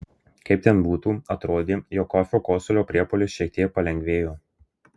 kaip ten būtų atrodė jog kofio kosulio priepuolis šiek tiek palengvėjo